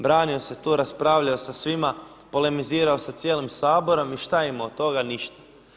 Branio se tu, raspravljao sa svima, polemizirao sa cijelim Saborom i šta ima od toga, ništa.